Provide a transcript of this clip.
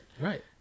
Right